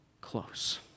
close